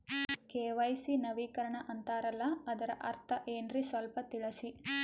KYC ನವೀಕರಣ ಅಂತಾರಲ್ಲ ಅದರ ಅರ್ಥ ಏನ್ರಿ ಸ್ವಲ್ಪ ತಿಳಸಿ?